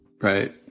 Right